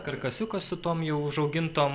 karkasiukas su tom jau užaugintom